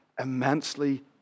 immensely